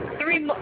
three